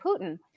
Putin